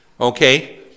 Okay